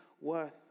worth